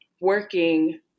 working